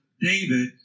David